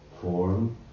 form